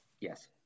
Yes